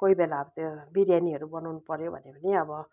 कोही बेला अब त्यो एउटा बिरयानीहरू बनाउनुपर्यो भने पनि अब